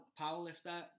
powerlifter